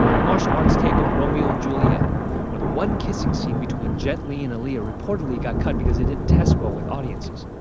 the martial arts take on romeo and juliet where the one kissing scene between jet li and aaliyah reportedly got cut because it didn't test well with audiences?